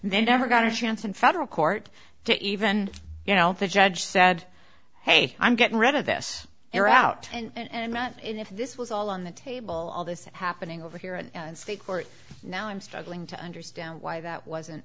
then never got a chance in federal court to even you know the judge said hey i'm getting rid of this they're out and not if this was all on the table all this happening over here and state court now i'm struggling to understand why that wasn't